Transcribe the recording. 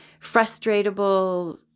frustratable